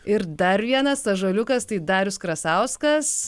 ir dar vienas ąžuoliukas tai darius krasauskas